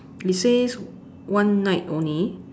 it says one night only